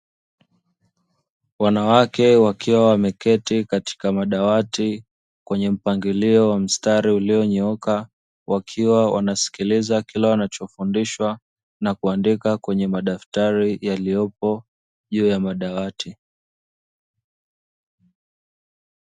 Wanawake wakiwa wameketi katika madawati, kwenye mpangilio wa mstari ulionyooka wakiwa wanasikiliza kila wanachofundishwa na kuandika kwenye madaftari yaliyopo juu ya madawati.